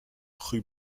rue